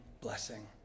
blessing